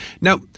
Now